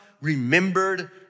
remembered